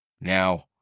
Now